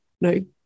no